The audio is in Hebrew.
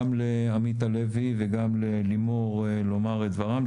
גם לעמית הלוי וגם ללימור לומר את דברם,